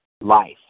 life